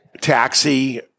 Taxi